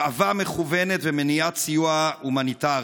הרעבה מכוונת ומניעת סיוע הומניטרי.